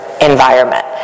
environment